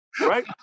right